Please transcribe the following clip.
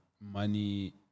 money